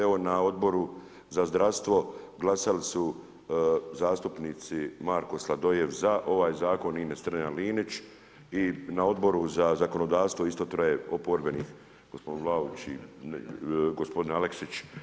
Evo na Odboru za zdravstvo glasali su zastupnici Marko Sladoljev za ovaj zakon, Ines Strenja-Linić i na Odboru za zakonodavstvo isto troje oporbenih, gospodin Vlaović i gospodin Aleksić.